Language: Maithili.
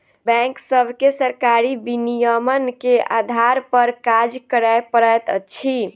बैंक सभके सरकारी विनियमन के आधार पर काज करअ पड़ैत अछि